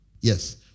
Yes